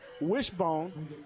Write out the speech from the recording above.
Wishbone